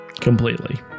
Completely